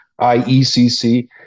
IECC